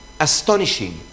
astonishing